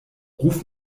ruf